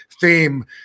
theme